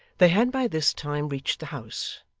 they had by this time reached the house.